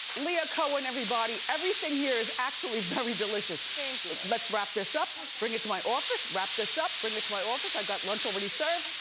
leah cohen everybody. everything here is actually very delicious. thank you. let's wrap this up. bring it to my office, wrap this up. bring it to my office. i've got lunch already served.